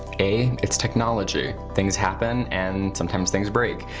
a, it's technology, things happen and sometimes things break.